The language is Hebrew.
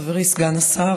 חברי סגן השר,